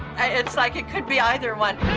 it's like it could be either one.